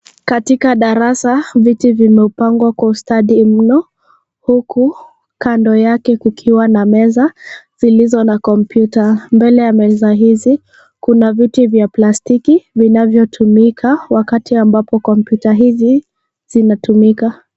Katika darasa, viti vimepangwa kwa ustadi mno huku kando yake kukiwa na meza zilizo na kompyuta. Mbele ya meza hizi kuna viti vya plastiki vinavyotumika wakati ambapo kompyuta hizi zinatumika.